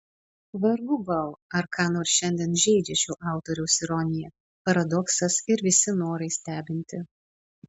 vargu bau ar ką nors šiandien žeidžia šio autoriaus ironija paradoksas ir visi norai stebinti